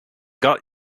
got